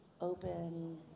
open